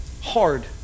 hard